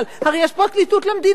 הרי יש פרקליטות למדינה,